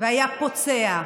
והיה פוצע.